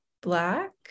Black